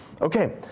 Okay